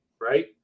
right